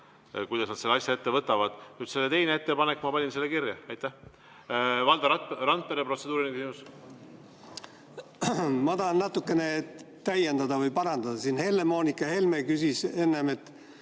kuidas nad selle asja ette võtavad. Aga see teine ettepanek – ma panin selle kirja. Aitäh! Valdo Randpere, protseduuriline küsimus. Ma tahan natukene täiendada või parandada. Helle-Moonika Helme ütles enne, et